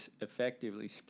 effectively